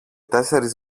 τέσσερις